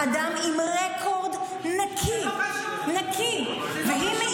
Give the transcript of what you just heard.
אדם עם רקורד נקי, נקי --- זה לא קשור.